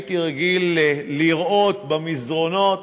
שהייתי רגיל לראות במסדרונות